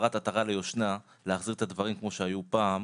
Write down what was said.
החזרת עטרה ליושנה - להחזיר את הדברים כמו שהיו פעם,